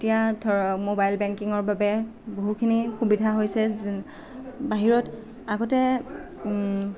এতিয়া ধৰক ম'বাইল বেংকিংৰ বাবে বহুখিনি সুবিধা হৈছে যে বাহিৰত আগতে